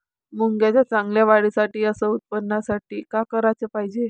मुंगाच्या चांगल्या वाढीसाठी अस उत्पन्नासाठी का कराच पायजे?